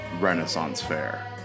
Renaissance-fair